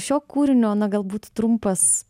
šio kūrinio na galbūt trumpas